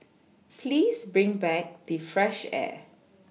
please bring back the fresh air